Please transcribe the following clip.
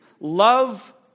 Love